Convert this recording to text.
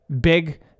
big